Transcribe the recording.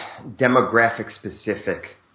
demographic-specific